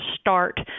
start